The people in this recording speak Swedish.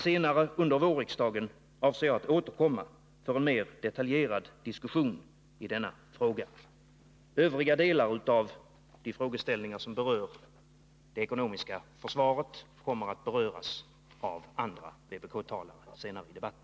Senare under vårriksdagen avser jag att återkomma för en mer detaljerad diskussion i denna fråga. Övriga delar av de frågeställningar som gäller det ekonomiska försvaret kommer att beröras av andra vpk-talare senare i debatten.